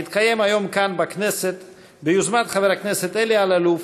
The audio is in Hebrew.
המתקיים היום כאן בכנסת ביוזמת חבר הכנסת אלי אלאלוף,